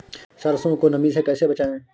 सरसो को नमी से कैसे बचाएं?